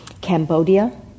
Cambodia